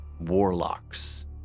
warlocks